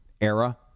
era